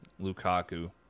Lukaku